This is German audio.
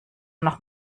noch